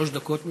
שלוש דקות.